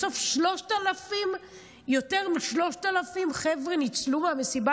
בסוף יותר מ-3,000 חבר'ה ניצלו מהמסיבה